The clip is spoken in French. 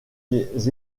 des